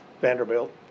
Vanderbilt